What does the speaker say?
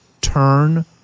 Turn